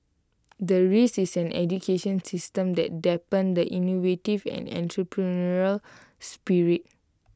the risk is an education system that dampen the innovative and entrepreneurial spirit